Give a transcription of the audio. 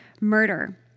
murder